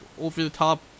over-the-top